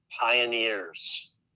Pioneers